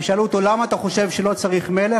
ושאלו אותו: למה אתה חושב שלא צריך מלך?